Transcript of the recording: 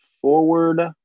forward